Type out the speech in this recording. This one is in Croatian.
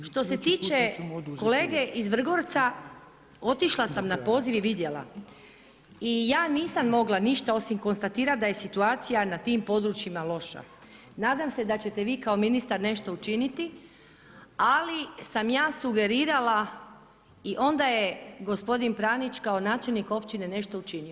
Što se tiče kolege iz Vrgorca, otišla sam na poziv i vidjela i ja nisam mogla ništa osim konstatirati da je situacija na tim područjima loša. nadam se da ćete vi kao ministar nešto učiniti ali sam ja sugerirala i onda je gospodin Pranić kao načelnik općine nešto učinio.